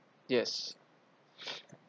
yes